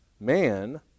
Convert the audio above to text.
Man